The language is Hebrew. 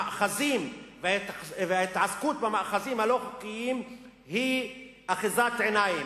המאחזים וההתעסקות במאחזים הלא-חוקיים היא אחיזת עיניים.